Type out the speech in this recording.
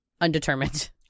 undetermined